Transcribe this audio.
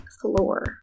floor